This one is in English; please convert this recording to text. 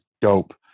dope